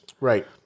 Right